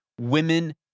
women